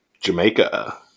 Jamaica